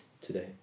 today